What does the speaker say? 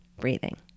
breathing